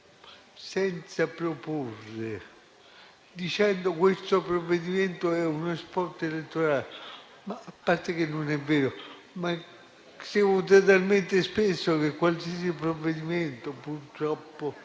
senza proporre, dicendo che questo provvedimento è uno *spot* elettorale: a parte che non è vero, ma si vota talmente spesso che qualsiasi provvedimento purtroppo